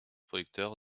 producteur